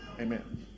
amen